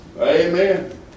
Amen